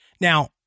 now